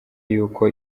y’uko